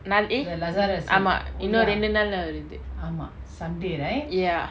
நான்:nan eight ஆமா இன்னு ரெண்டு நாள்ல வருது:aama innu rendu naalla varuthu ya